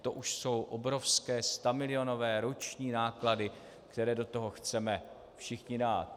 Tak to už jsou obrovské stamilionové roční náklady, které do toho chceme všichni dát.